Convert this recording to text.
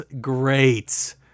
great